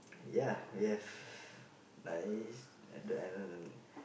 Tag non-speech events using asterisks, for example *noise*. ya we have *breath* nice